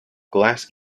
glass